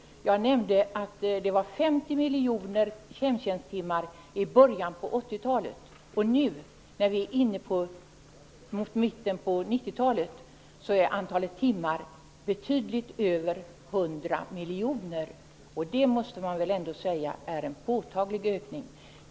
Jag nämnde att det var 50 miljoner hemstjänsttimmar i början på 80-talet. Nu när vi är inne i mitten av 90-talet är antalet timmar betydligt över 100 miljoner. Det måste man väl ändå anse vara en påtaglig ökning.